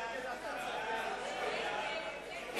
דרישת חבר הכנסת אילן גילאון,